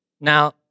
Now